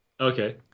Okay